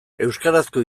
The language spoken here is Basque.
euskarazko